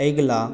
अगिला